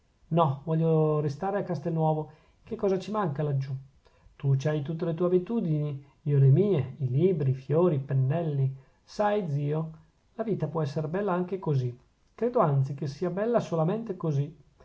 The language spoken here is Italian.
no voglio restare a castelnuovo che cosa ci manca laggiù tu ci hai tutte le tue abitudini io le mie i libri i fiori i pennelli sai zio la vita può esser bella anche così credo anzi che sia bella solamente così